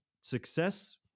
success